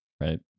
right